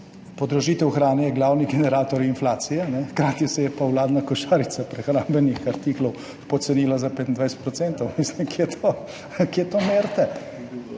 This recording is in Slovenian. podražitev hrane je glavni generator inflacije, hkrati se je pa vladna košarica prehrambnih artiklov pocenila za 25 %. Mislim,